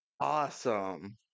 awesome